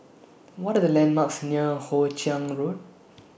What Are The landmarks near Hoe Chiang Road